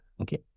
Okay